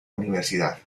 universidad